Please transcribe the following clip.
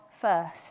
first